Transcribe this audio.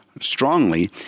Strongly